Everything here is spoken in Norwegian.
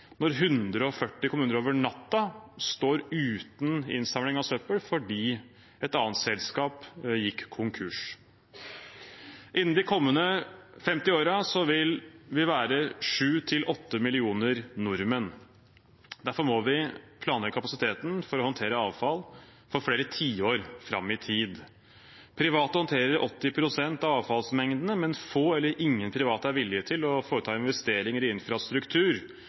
når 140 kommuner over natten står uten innsamling av søppel fordi et annet selskap gikk konkurs. Innen de kommende 50 årene vil vi være 7–8 millioner nordmenn. Derfor må vi planlegge kapasiteten for å håndtere avfall for flere tiår fram i tid. Private håndterer 80 pst. av avfallsmengdene, men få eller ingen private er villige til å foreta investeringer i infrastruktur